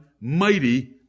mighty